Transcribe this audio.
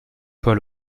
paul